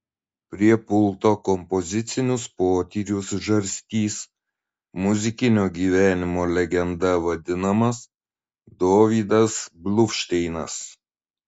prie pulto kompozicinius potyrius žarstys muzikinio gyvenimo legenda vadinamas dovydas bluvšteinas